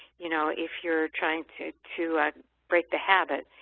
you know, if you're trying to to break the habit.